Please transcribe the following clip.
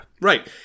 Right